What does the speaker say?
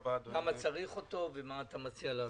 למה צריך אותו ומה אתה מציע לעשות.